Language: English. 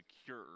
secure